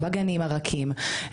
בגנים הרכים,